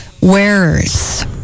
wearers